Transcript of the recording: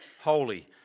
holy